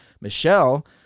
Michelle